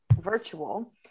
virtual